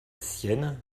sienne